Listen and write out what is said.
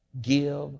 give